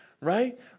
right